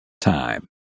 time